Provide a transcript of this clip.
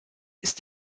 ist